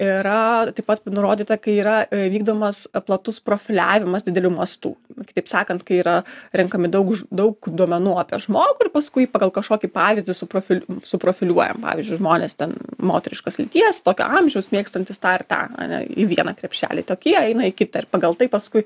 yra taip pat nurodyta kai yra vykdomas platus profiliavimas didelių mastų kitaip sakant kai yra renkami daug ž daug duomenų apie žmogų ir paskui pagal kažkokį pavyzdį suprofili suprofiliuojam pavyzdžiui žmonės ten moteriškos lyties tokio amžiaus mėgstantys tą ir tą ane į vieną krepšelį tokie eina į kitą ir pagal tai paskui